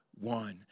one